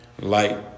Light